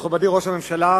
מכובדי ראש הממשלה,